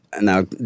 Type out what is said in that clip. now